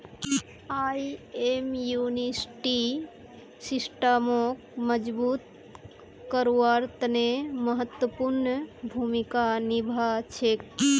यई इम्यूनिटी सिस्टमक मजबूत करवार तने महत्वपूर्ण भूमिका निभा छेक